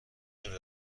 نمی